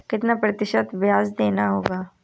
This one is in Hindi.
कितना प्रतिशत ब्याज देना होगा?